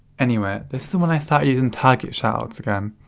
anyway, this is when i started using target shoutouts again.